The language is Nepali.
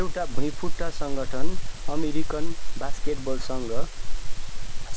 एउटा भुइँफुट्टा सङ्गठन अमेरिकन बास्केट बलसँग